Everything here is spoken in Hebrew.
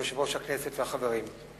יושב-ראש הכנסת והחברים,